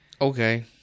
Okay